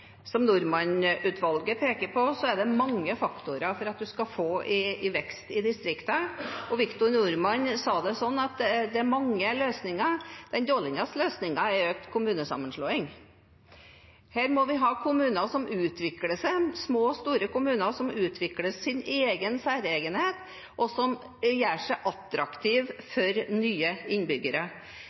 det mange faktorer for at man skal få vekst i distriktene. Victor Normann sa det slik: Det er mange løsninger, men den dårligste løsningen er økt kommunesammenslåing. Vi må ha kommuner som utvikler seg, små og store kommuner som utvikler sin egen særegenhet, og som gjør seg attraktive for nye innbyggere.